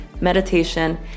meditation